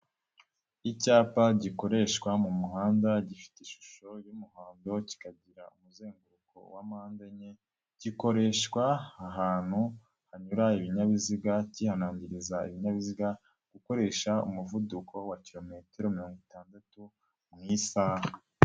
Icyapa gikoreshwa mu muhanda gifite ishusho y'umuhondo kikagira umuzenguruko wampanpande enye, gikoreshwa ahantu hanyura ibinyabiziga cyihanangiriza ibinyabiziga gukoresha umuvuduko wa kilometero mirongo itandatu mu isaha.